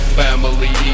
family